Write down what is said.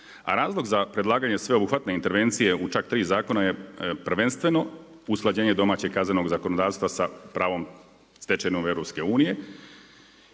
A razlog za predlaganje sveobuhvatne intervencije u čak tri zakona je prvenstveno, usklađenje domaćeg i kaznenog zakonodavstva sa pravnom stečevinom EU-a.